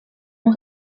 ont